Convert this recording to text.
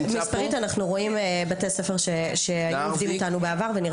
אנחנו רואים בתי ספר שהיו עובדים איתנו בעבר ונרתעים מלעבוד איתנו היום.